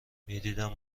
میدیدم